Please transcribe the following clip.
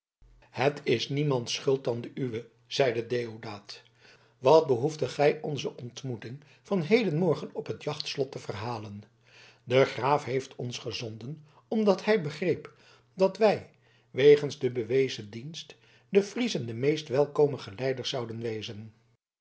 het is niemands schuld dan de uwe zeide deodaat wat behoefdet gij onze ontmoeting van hedenmorgen op het jachtslot te verhalen de graaf heeft ons gezonden omdat hij begreep dat wij wegens den bewezen dienst den friezen de meest welkome geleiders zouden wezen